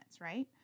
right